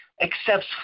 accepts